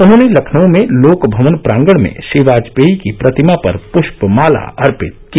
उन्होंने लखनऊ में लोकभवन प्रांगण में श्री वाजपेयी की प्रतिमा पर पुष्पमाला अर्पित की